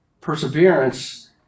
perseverance